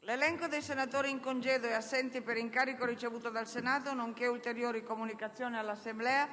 L'elenco dei senatori in congedo e assenti per incarico ricevuto dal Senato nonché ulteriori comunicazioni all'Assemblea